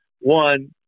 one